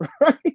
right